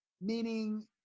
Meaning